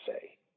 say